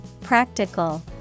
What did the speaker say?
practical